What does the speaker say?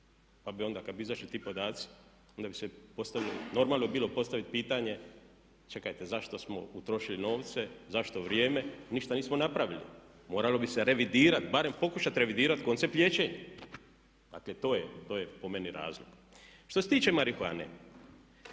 pa bi onda kad bi izašli ti podaci onda bi se postavilo, normalno bi bilo postavit pitanje čekajte zašto smo utrošili novce, zašto vrijeme, ništa nismo napravili. Moralo bi se revidirati, barem pokušati revidirati koncept liječenja. Dakle, to je, to je po meni razlog. Što se tiče marihuane,